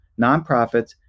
nonprofits